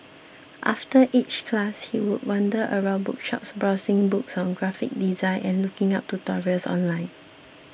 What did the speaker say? after each class he would wander around bookshops browsing books on graphic design and looking up tutorials online